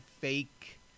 fake